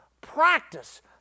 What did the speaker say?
practice